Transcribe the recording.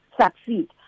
succeed